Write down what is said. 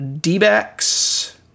D-backs